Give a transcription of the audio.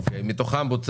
כמה בוצע מתוכה?